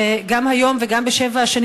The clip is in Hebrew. וגם היום וגם בשבע השנים